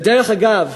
ודרך אגב,